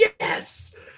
Yes